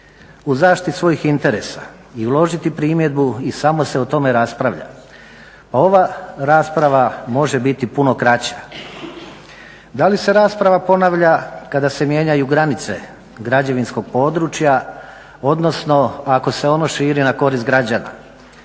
u zaštiti svojih interesa i uložiti primjedbu i samo se o tome raspravlja. Ova rasprava može biti puno kraća. Da li se rasprava ponavlja kada se mijenjaju granice građevinskog područja, odnosno ako se ono širi na korist građana